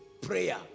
Prayer